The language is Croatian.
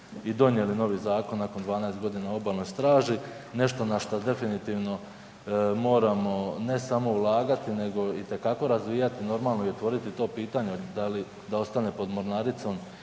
i donijeli novi zakon nakon 12 godina o obalnoj straži, nešto na što definitivno moramo ne samo ulagati nego itekako razvijati i otvoriti to pitanje da li da ostane pod mornaricom